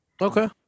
Okay